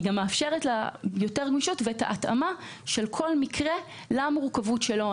מאפשרת יותר גמישות והתאמה של כל מקרה למורכבות שלו.